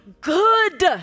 good